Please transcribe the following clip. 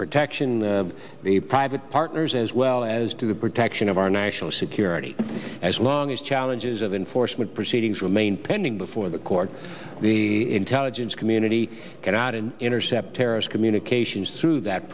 protection of the private partners as well as to the protection of our national security as long as challenges of enforcement proceedings remain pending before the court the intelligence community cannot and intercept terrorist communications through that